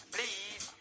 Please